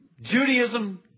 Judaism